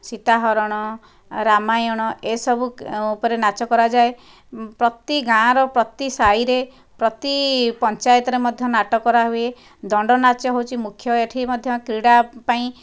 ସୀତାହରଣ ରାମାୟଣ ଏସବୁ ଉପରେ ନାଚ କରାଯାଏ ପ୍ରତି ଗାଁର ପ୍ରତି ସାହିରେ ପ୍ରତି ପଞ୍ଚାୟତରେ ମଧ୍ୟ ନାଟ କରାହୁଏ ଦଣ୍ଡନାଚ ହେଉଛି ମୁଖ୍ୟ ଏଇଠି ମଧ୍ୟ କ୍ରୀଡ଼ା ପାଇଁ